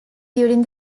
during